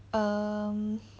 um